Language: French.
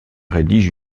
rédige